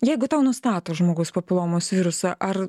jeigu tau nustato žmogaus papilomos virusą ar